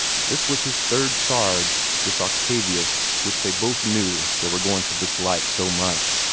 this was his third charge this octavius which they both knew they were going to dislike so much.